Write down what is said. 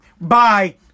bye